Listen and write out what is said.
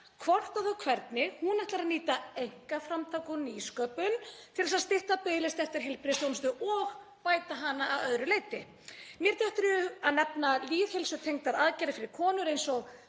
hvort og þá hvernig hún ætli að nýta einkaframtak og nýsköpun til að stytta biðlista eftir heilbrigðisþjónustu og bæta hana að öðru leyti. Mér dettur í hug að nefna lýðheilsutengdar aðgerðir fyrir konur eins og